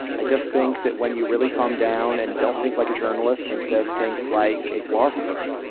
i just think that when you really calm down and don't think like a journalist and instead think like a philosopher,